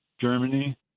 Germany